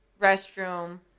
restroom